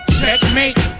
checkmate